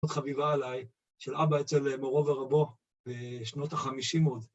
מאוד חביבה עליי, של אבא אצל מורו ורבו בשנות החמישים עוד.